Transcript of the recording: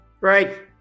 Right